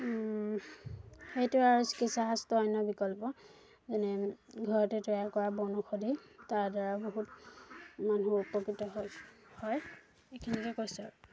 সেইটো আৰু চিকিৎসা শাস্ত্ৰৰ অন্য় বিকল্প যেনে ঘৰতে তৈয়াৰ কৰা বনৌষধি তাৰ দ্বাৰা বহুত মানুহ উপকৃত হৈ হয় এইখিনিকে কৈছোঁ আৰু